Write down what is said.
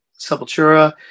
Sepultura